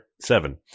seven